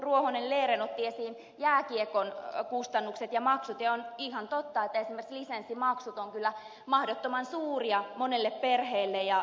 ruohonen lerner otti esiin jääkiekon kustannukset ja maksut ja on ihan totta että esimerkiksi lisenssimaksut ovat kyllä mahdottoman suuria monelle perheelle